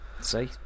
See